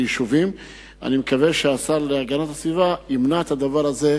אני מקווה שהשר להגנת הסביבה ימנע את הדבר הזה,